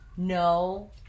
No